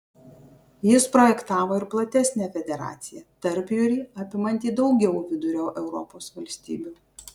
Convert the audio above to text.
jis projektavo ir platesnę federaciją tarpjūrį apimantį daugiau vidurio europos valstybių